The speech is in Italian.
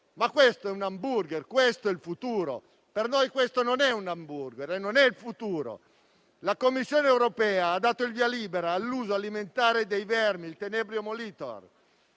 Ma questo è un hamburger, questo è il futuro? Per noi questo non è un hamburger e non è il futuro. La Commissione europea ha dato il via libera all'uso alimentare dei vermi, il *tenebrio molitor*;